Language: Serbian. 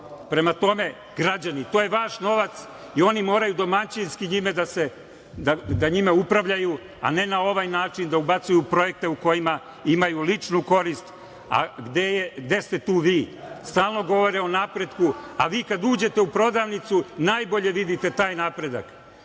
kafa. Prema tome, građani, to je vaš novac i oni moraju domaćinski njime da se, da njime upravljaju, a ne na ovaj način da ubacuju projekte u kojima imaju ličnu korist, a gde ste tu vi? Stalno govorimo o napretku, a vi kad uđete u prodavnicu najbolje vidite taj napredak.